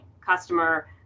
customer